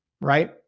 Right